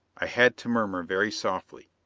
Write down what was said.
i had to murmur very softly.